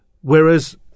Whereas